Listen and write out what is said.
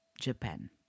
Japan